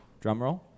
Drumroll